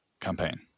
campaign